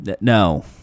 No